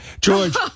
George